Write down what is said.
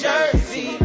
Jersey